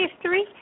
history